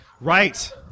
Right